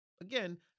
Again